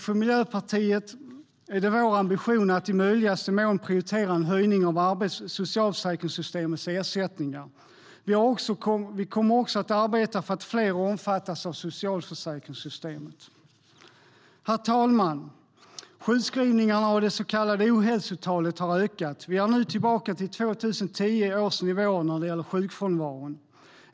För Miljöpartiets del är det vår ambition att i möjligaste mån prioritera en höjning av socialförsäkringssystemets ersättningar. Vi kommer också att arbeta för att fler ska omfattas av socialförsäkringssystemet. Herr talman! Sjukskrivningarna och det så kallade ohälsotalet har ökat. Vi är nu tillbaka på 2010 års nivåer när det gäller sjukfrånvaron.